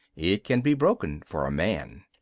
it can be broken for a man.